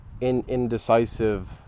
indecisive